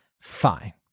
Fine